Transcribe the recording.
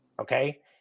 Okay